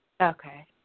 Okay